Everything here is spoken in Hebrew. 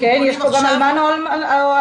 יש פה גם אלמן או אלמנה.